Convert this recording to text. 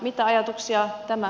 mitä ajatuksia tämä